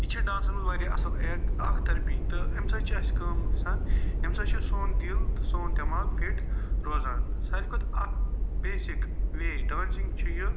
یہِ چھِ ڈانسَس منٛز واراہ اصٕل ایک اَکھ تھٔرپی تہٕ اَمہِ سۭتۍ چھِ اسہِ کٲم گَژھان اَمہِ سۭتۍ چھُ سون دِل تہٕ سون دماغ فِٹ روزان ساروٕے کھۄتہٕ اَکھ بیٚسِک وے ڈانٛسِنٛگ چھِ یہِ